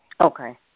Okay